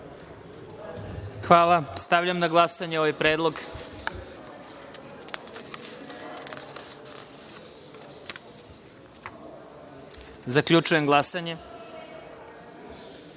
Hvala. Stavljam na glasanje ovaj predlog. Zaključujem glasanje: